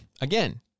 again